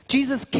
Jesus